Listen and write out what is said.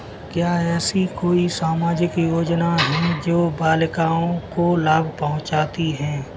क्या ऐसी कोई सामाजिक योजनाएँ हैं जो बालिकाओं को लाभ पहुँचाती हैं?